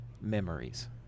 memories